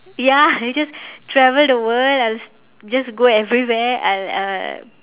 ya I'll just travel the world I'll just go everywhere I'll I'll